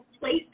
place